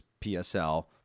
PSL